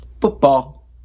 Football